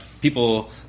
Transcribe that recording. people